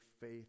faith